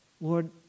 Lord